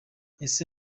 ese